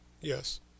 Yes